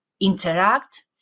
interact